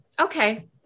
okay